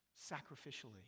sacrificially